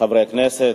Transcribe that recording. חברי הכנסת,